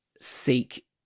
seek